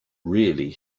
really